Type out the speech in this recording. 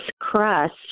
crust